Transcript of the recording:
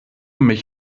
mich